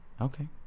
okay